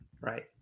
Right